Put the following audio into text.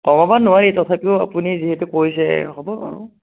কমাব নোৱাৰি তথাপিও আপুনি যিহেতু কৈছে হ'ব বাৰু